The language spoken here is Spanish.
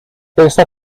esta